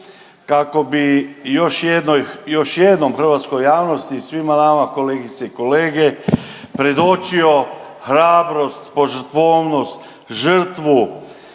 kako bi još jednom hrvatskoj javnosti i svima nama kolegice i kolege predočio hrabrost, požrtvovnost, žrtvu